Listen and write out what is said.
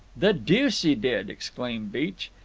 the deuce he did! exclaimed beech.